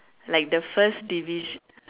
like the first division